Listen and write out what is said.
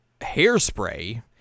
hairspray